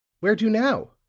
where to now?